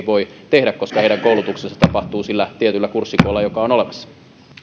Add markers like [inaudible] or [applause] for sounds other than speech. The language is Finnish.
[unintelligible] voi tehdä koska heidän koulutuksensa tapahtuu sillä tietyllä kurssikoolla joka on olemassa